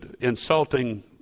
insulting